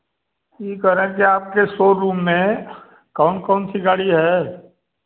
यह कह रहे थे आपके सोरूम में कौन कौन सी गाड़ी है